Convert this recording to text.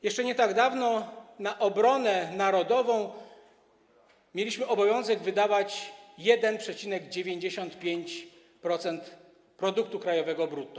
Jeszcze nie tak dawno na obronę narodową mieliśmy obowiązek wydawać 1,95% produktu krajowego brutto.